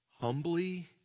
humbly